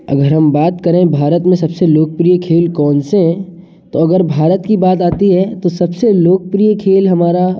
अगर हम बात करें भारत में सबसे लोकप्रिय खेल कौन से हैं तो अगर भारत की बात आती है तो सबसे लोकप्रिय खेल हमारा